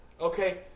okay